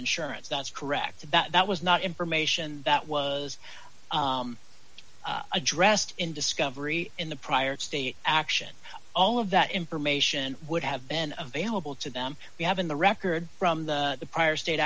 insurance that's correct that was not information that was addressed in discovery in the prior state action all of that information would have been available to them you have in the record from the prior sta